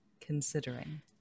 considering